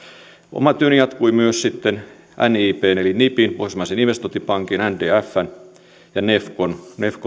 oma työni jatkui myös sitten nibn eli nibin pohjoismaisen investointipankin ndfn ja nef con